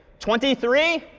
twenty three?